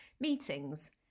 meetings